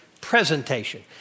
presentation